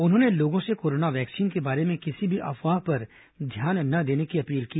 उन्होंने लोगों से कोरोना वैक्सीन के बारे में किसी भी अफवाह पर ध्यान ना देने की अपील की